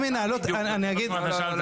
הן מנהלות, אני אגיד ------ שאלת.